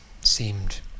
seemed